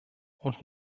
und